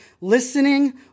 listening